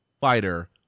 fighter